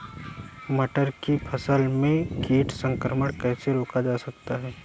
मटर की फसल में कीट संक्रमण कैसे रोका जा सकता है?